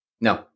No